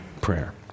prayer